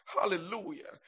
Hallelujah